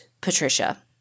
Patricia